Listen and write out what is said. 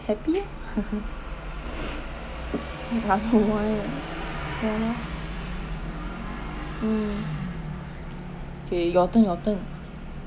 happy oh unwind ya lah mm okay your turn your turn mm